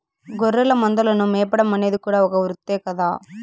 గొర్రెల మందలను మేపడం అనేది కూడా ఒక వృత్తే కదా